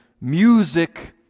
music